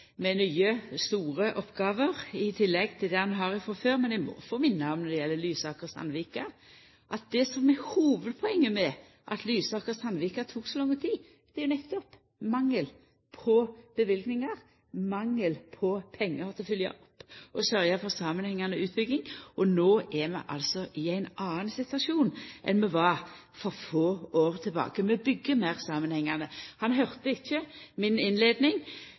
med nye, store oppgåver i tillegg til dei han har frå før, men eg må få minna om at hovudgrunnen til at Lysaker–Sandvika tok så lang tid, nettopp var mangel på løyvingar, mangel på pengar til å følgja opp og sørgja for samanhengande utbygging. No er vi altså i ein annan situasjon enn vi var for få år tilbake – vi byggjer meir samanhengande. Han høyrde ikkje